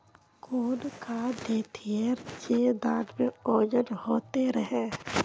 कौन खाद देथियेरे जे दाना में ओजन होते रेह?